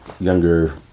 younger